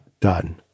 done